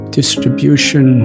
distribution